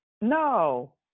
No